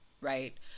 right